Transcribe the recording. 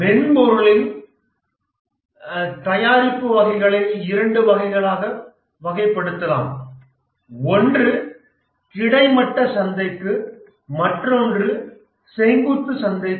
மென்பொருளின் தயாரிப்பு வகைகளையும் இரண்டு வகைகளாக வகைப்படுத்தலாம் ஒன்று கிடைமட்ட சந்தைக்கு மற்றொன்று செங்குத்து சந்தைக்கு